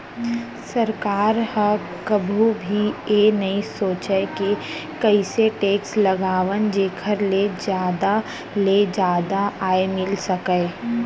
सरकार ह कभू भी ए नइ सोचय के कइसे टेक्स लगावन जेखर ले जादा ले जादा आय मिल सकय